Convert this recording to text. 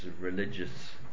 religious